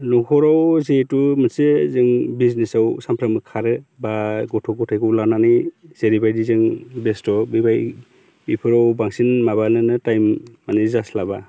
न'खराव जिहेतु मोनसे जों बिजनेसाव सानफ्रोमबो खारो एबा गथ' गथायखौ लानानै जेरैबायदि जों बेस्थ' बिबायदि बेफोराव बांसिन माबानोनो टाइम माने जास्लाबा